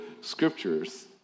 Scriptures